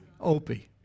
Opie